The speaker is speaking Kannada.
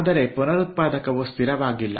ಆದರೆ ಪುನರುತ್ಪಾದಕವು ಸ್ಥಿರವಾಗಿಲ್ಲ